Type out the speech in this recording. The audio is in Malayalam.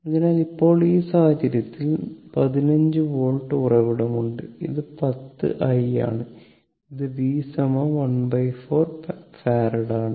അതിനാൽ ഇപ്പോൾ ഈ സാഹചര്യത്തിൽ 15 വോൾട്ട് ഉറവിടമുണ്ട് ഇത് 10 i ആണ് ഇത് v 14 ഫാരഡ് ആണ്